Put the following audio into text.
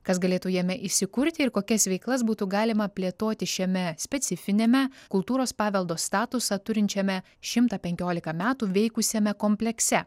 kas galėtų jame įsikurti ir kokias veiklas būtų galima plėtoti šiame specifiniame kultūros paveldo statusą turinčiame šimtą penkiolika metų veikusiame komplekse